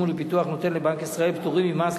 ולפיתוח נותן לבנק ישראל פטורים ממס,